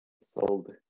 sold